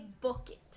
bucket